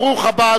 ברוך הבא,